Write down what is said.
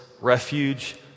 refuge